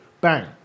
Bang